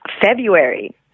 February